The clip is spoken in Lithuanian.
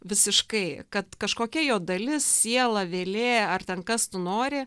visiškai kad kažkokia jo dalis siela vėlė ar ten kas tu nori